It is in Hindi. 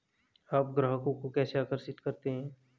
आप ग्राहकों को कैसे आकर्षित करते हैं?